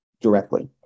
directly